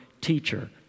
teacher